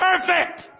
perfect